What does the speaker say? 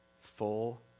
full